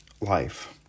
life